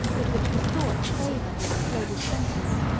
but which was thought to favor the exploded sentiment,